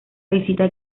visita